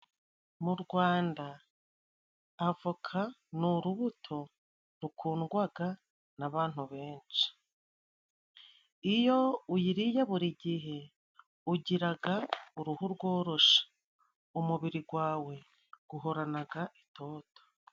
Mu Rwanda avoka ni urubuto rukundwaga n'abantu benshi ,iyo uyiriye buri gihe ugiraga uruhu rworoshe, umubiri gwawe guhoranaga itoto.